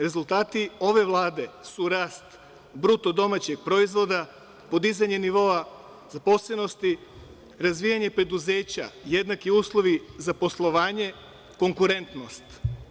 Rezultati ove Vlade su rast BDP, podizanje nivoa zaposlenosti, razvijanje preduzeća, jednaki uslovi za poslovanje, konkurentnost.